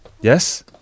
Yes